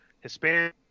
Hispanic